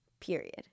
period